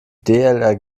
dlrg